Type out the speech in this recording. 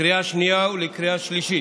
לקריאה שנייה ולקריאה שלישית.